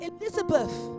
Elizabeth